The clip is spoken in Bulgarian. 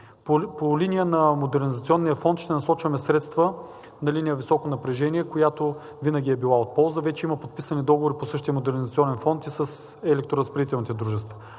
по линия на Модернизационния фонд ще насочваме средства на линия високо напрежение, която винаги е била от полза. Вече има подписани договори по същия модернизационен фонд и с електроразпределителните дружества.